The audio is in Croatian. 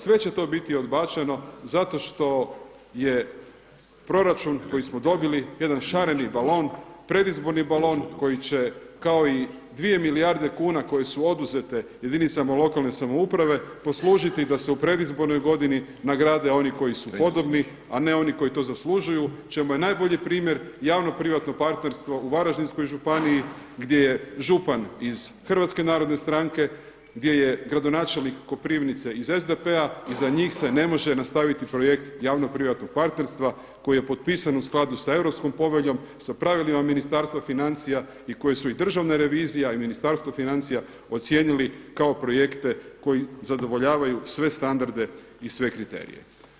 Sve će to biti odbačeno zato što je proračun koji smo dobili jedan šareni balon, predizborni balon koji će kao i 2 milijarde kuna koje su oduzete jedinicama lokalne samouprave poslužiti da se u predizbornoj godini nagrade oni koji su podobni, a ne oni koji to zaslužuju čemu je najbolji primjer javno privatno partnerstvo u Varaždinskoj županiji gdje je župan iz Hrvatske narodne stranke, gdje je gradonačelnik Koprivnice iz SDP-a i za njih se ne može nastaviti projekt javno-privatnog partnerstva koji je potpisan u skladu sa Europskom poveljom, sa pravilima Ministarstva financija i koji su i Državna revizija i Ministarstvo financija ocijenili kao projekte koji zadovoljavaju sve standarde i sve kriterije.